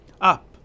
Up